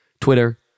Twitter